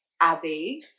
Abby